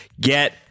Get